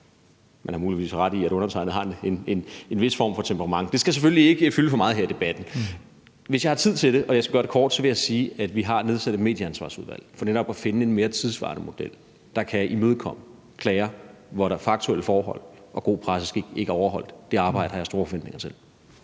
Man har muligvis ret i, at undertegnede har en vis form for temperament, men det skal selvfølgelig ikke fylde for meget her i debatten. Hvis jeg har tid til det, og jeg skal gøre det kort, vil jeg sige, at vi har nedsat et Medieansvarsudvalg for netop at finde en mere tidssvarende model, der kan imødekomme klager i sager, hvor faktuelle forhold og god presseskik ikke er overholdt. Det arbejde har jeg store forventninger til.